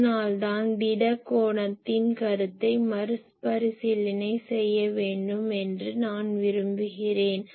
அதனால்தான் திட கோணத்தின் கருத்தை மறுபரிசீலனை செய்ய வேண்டும் என்று நான் விரும்புகிறேன்